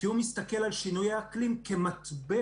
כי הוא מסתכל על שינוי האקלים כמטבע